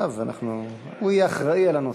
עכשיו הוא יהיה אחראי על הנושא.